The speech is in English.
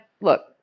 look